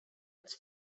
its